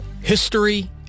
History